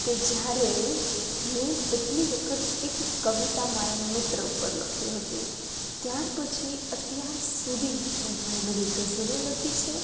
કે જ્યારે મેં પહેલી વખત એક કવિતા મારા મિત્ર ઉપર લખી હતી ત્યાર પછી અત્યાર સુધી મેં ઘણી બધી ગઝલો લખી છે